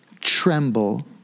tremble